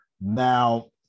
Now